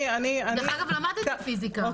דרך אגב, למדתי פיזיקה,